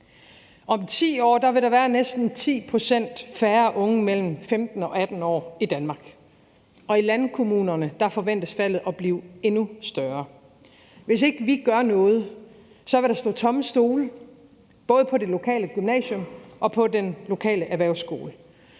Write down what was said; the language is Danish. Om 10 år vil der være næsten 10 pct. færre unge mellem 15 og 18 år i Danmark, og i landkommunerne forventes faldet at blive endnu større. Hvis ikke vi gør noget, vil der stå tomme stole, både på det lokale gymnasium og på den lokale erhvervsskole.